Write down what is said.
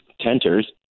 tenters